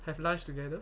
have lunch together